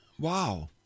wow